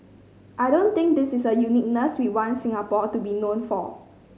I don't think this is a uniqueness we want Singapore to be known for